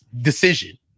decision